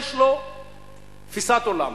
יש לו תפיסת עולם.